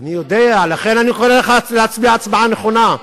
אני יודע, לכן אני קורא לך להצביע הצבעה נכונה.